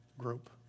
group